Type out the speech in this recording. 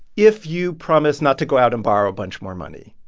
if you promise not to go out and borrow a bunch more money.